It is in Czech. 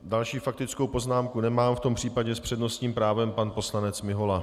Další faktickou poznámku nemám, v tom případě s přednostním právem pan poslanec Mihola.